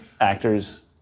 actors